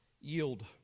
yield